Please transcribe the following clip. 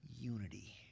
unity